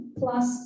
plus